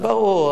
ברור.